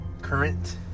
current